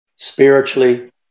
spiritually